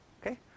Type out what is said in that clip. okay